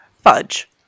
fudge